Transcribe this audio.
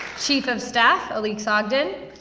chief of staff, alix ogden.